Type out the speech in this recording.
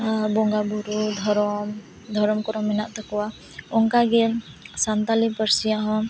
ᱵᱚᱸᱜᱟ ᱵᱳᱨᱳ ᱫᱷᱚᱨᱚᱢ ᱫᱷᱚᱨᱚᱢ ᱠᱚᱨᱚᱢ ᱢᱮᱱᱟᱜ ᱛᱟᱹᱠᱩᱣᱟ ᱚᱱᱠᱟᱜᱮ ᱥᱟᱱᱛᱟᱲᱤ ᱯᱟᱹᱨᱥᱤᱭᱟᱜ ᱦᱚᱸ